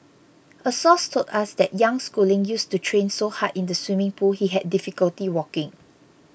a source told us that young Schooling used to train so hard in the swimming pool he had difficulty walking